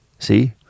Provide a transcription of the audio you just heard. See